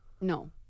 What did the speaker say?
No